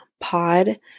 pod